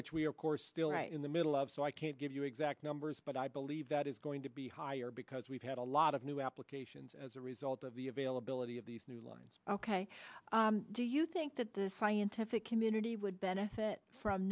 which we are course still right in the middle of so i can't give you exact numbers but i believe that is going to be higher because we've had a lot of new applications as a result of the availability of these new lines ok do you think that the scientific community would benefit from